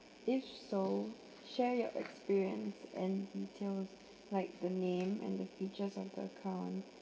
if so share your experience and details like the name and the features of the account